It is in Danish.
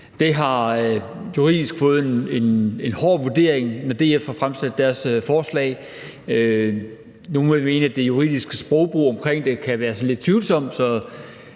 Det har juridisk fået en hård vurdering, men DF har fremsat deres forslag. Nogle vil mene, at den juridiske sprogbrug omkring det kan være sådan lidt tvivlsom: